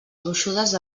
gruixudes